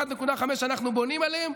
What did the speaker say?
1.5% שאנחנו בונים עליהם,